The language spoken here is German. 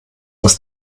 dass